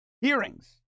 hearings